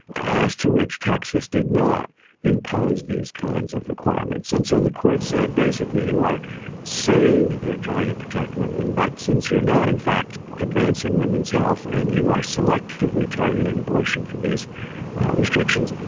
as to which texas did not impose these kinds of requirements. and so the court said basically you are saying you are trying to protect women, women, but since you are not in fact advancing women's health and you are selectively targeting abortion for these restrictions,